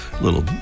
little